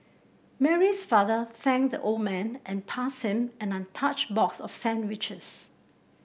Mary's father thanked the old man and passed him an untouched box of sandwiches